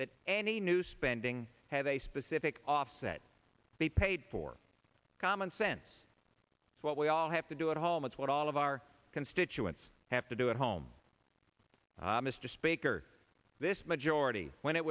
that any new spending have a specific offset be paid for common sense is what we all have to do at home is what all of our constituents have to do at home mr speaker this majority when it